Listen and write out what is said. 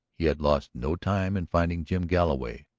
he had lost no time in finding jim galloway,